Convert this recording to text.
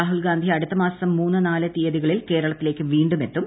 രാഹുൽഗാന്ധി അടുത്ത മാസം മൂന്ന് നാല് തീയതികളിൽ കേരളത്തിലേക്ക് വീണ്ടും എത്തും